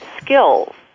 skills